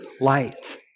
light